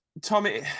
Tommy